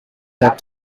that